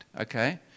Okay